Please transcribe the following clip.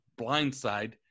blindside